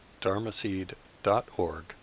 dharmaseed.org